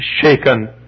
shaken